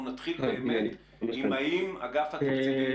אנחנו נתחיל בשאלה אם אגף התקציבים,